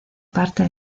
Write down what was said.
parte